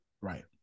right